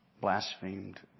blasphemed